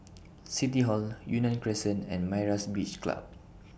City Hall Yunnan Crescent and Myra's Beach Club